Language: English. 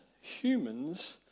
humans